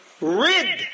rid